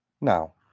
Now